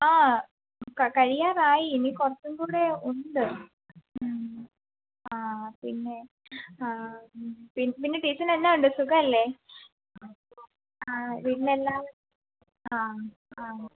ആ കഴിയാറായി ഇനി കുറച്ചുംകൂടെ ഉണ്ട് മ്മ് ആ പിന്നെ ആ മ്മ് പിന്നെ ടീച്ചറിന് എന്നാ ഉണ്ട് സുഖമല്ലേ ആ വീട്ടിൽ എല്ലാവരും ആ ആ